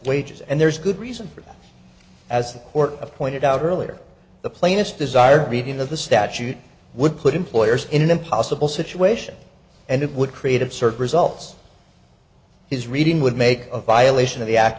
wages and there's good reason for that as the court of pointed out earlier the plaintiffs desired reading of the statute would put employers in an impossible situation and it would create of search results his reading would make a violation of the act